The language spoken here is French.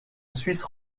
suisse